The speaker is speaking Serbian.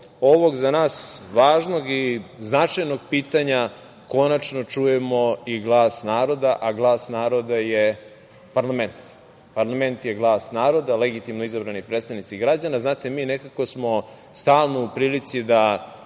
ovog za nas važnog i značajnog pitanja konačno čujemo i glas naroda, a glas naroda je parlament. Parlament je glas naroda, legitimno izabrani predstavnici građana. Znate, mi smo nekako stalno u prilici da